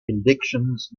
elections